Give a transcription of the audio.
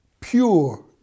Pure